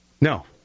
No